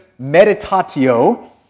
meditatio